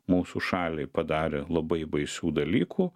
mūsų šaliai padarė labai baisių dalykų